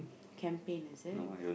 campaign is it